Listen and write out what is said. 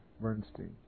Bernstein